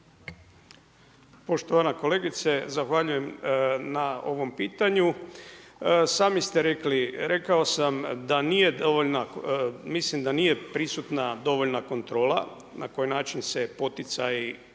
Poštovana kolegice zahvaljujem na ovom pitanju Sami ste rekli, rekao sam da nije dovoljna mislim da nije prisutna dovoljna kontrola na koji način se poticaji koriste